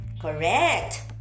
Correct